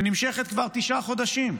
שנמשכת כבר תשעה חודשים,